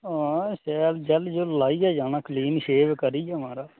हां शैल जैल्ल जुल लाइयै जाना क्लीन शेव करियै महाराज